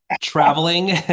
Traveling